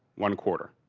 one quarter.